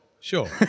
Sure